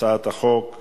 הצעת החוק,